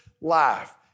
life